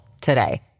today